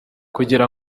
kugira